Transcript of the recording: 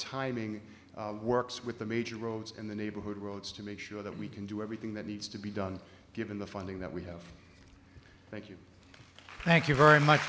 timing works with the major roads in the neighborhood roads to make sure that we can do everything that needs to be done given the funding that we have thank you thank you very much